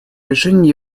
решения